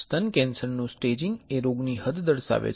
સ્તન કેન્સરનું સ્ટેજીંગ એ રોગની હદ દર્શાવે છે